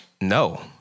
No